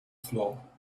floor